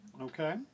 Okay